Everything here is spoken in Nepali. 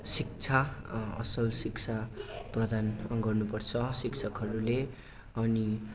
शिक्षा असल शिक्षा प्रदान गर्नु पर्छ शिक्षकहरूले अनि